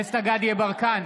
דסטה גדי יברקן,